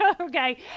okay